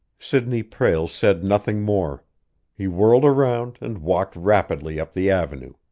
sidney prale said nothing more he whirled around and walked rapidly up the avenue,